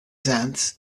sense